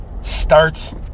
starts